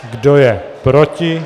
Kdo je proti?